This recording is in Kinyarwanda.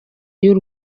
y’u